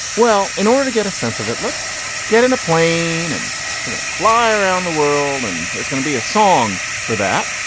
well, in order to get a sense of it, let's get in a plane and fly around the world. and that's going to be a song for that.